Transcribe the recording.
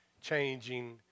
changing